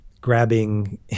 grabbing